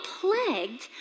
plagued